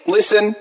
Listen